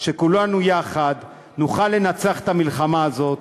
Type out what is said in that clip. שכולנו יחד נוכל לנצח במלחמה הזאת,